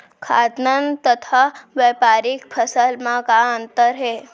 खाद्यान्न तथा व्यापारिक फसल मा का अंतर हे?